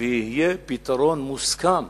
ויהיה פתרון מוסכם.